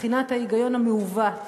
מבחינת ההיגיון המעוות